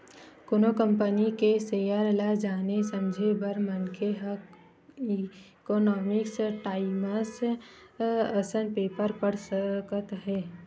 कोनो कंपनी के सेयर ल जाने समझे बर मनखे ह इकोनॉमिकस टाइमस असन पेपर पड़ सकत हे